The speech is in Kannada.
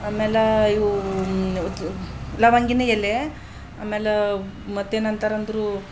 ಆಮೇಲೆ ಇವು ಇದು ಲವಂಗಿನ ಎಲೆ ಆಮೇಲೆ ಮತ್ತೇನಂತಾರಂದ್ರೆ